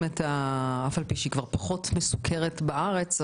אף על פי שהיא כבר פחות מסוקרת בארץ,